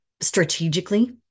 strategically